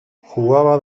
jugaba